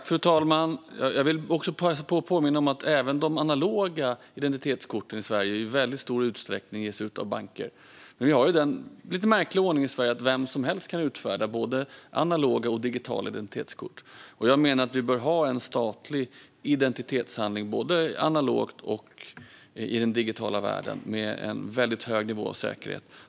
Fru talman! Jag vill påminna om att även de analoga identitetskorten i Sverige i stor utsträckning ges ut av banker. Men vi har den lite märkliga ordningen i Sverige att vem som helst kan utfärda både analoga och digitala identitetskort. Jag menar att vi bör ha en statlig identitetshandling, både analogt och i den digitala världen, med en väldigt hög nivå av säkerhet.